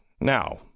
now